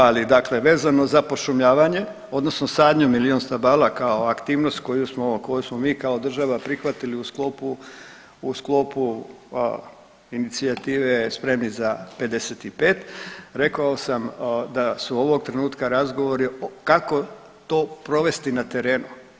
Dakle, vezano za pošumljavanje, odnosno sadnju milijun stabala kao aktivnost koju smo mi kao država prihvatili u sklopu inicijative spremni za 55 rekao sam da su ovog trenutka razgovori kako to provesti na terenu.